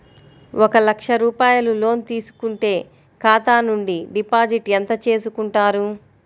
ఒక లక్ష రూపాయలు లోన్ తీసుకుంటే ఖాతా నుండి డిపాజిట్ ఎంత చేసుకుంటారు?